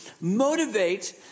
Motivate